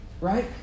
Right